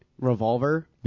Revolver